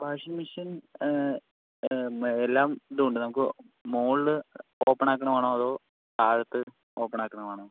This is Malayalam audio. വാഷിംഗ് മെഷീൻ എല്ലാം ഇതും ഉണ്ട് നമുക്ക് മുകളില് ഓപ്പൺ ആക്കണ വേണോ അതോ താഴത്ത് ഓപ്പൺ ആക്കുന്ന വേണോ